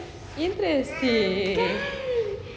interesting